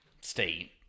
State